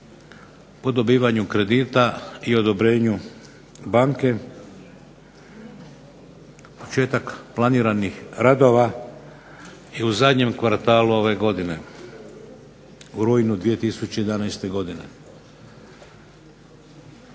Po dobivanju kredita i odobrenju banke početak planiranih radova je u zadnjem kvartalu ove godine, u rujnu 2011. godine.